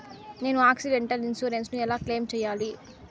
నేను accidental insurance ను ఎలా క్లెయిమ్ సేయాలి?